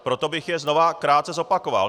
Proto bych je znovu krátce zopakoval.